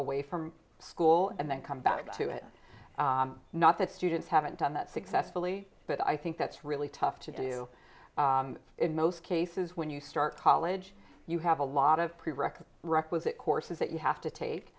away from school and then come back to it not that students haven't done that successfully but i think that's really tough to do in most cases when you start college you have a lot of prerequisites requisite courses that you have to ta